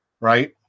right